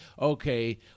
okay